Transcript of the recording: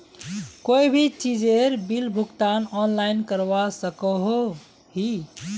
कोई भी चीजेर बिल भुगतान ऑनलाइन करवा सकोहो ही?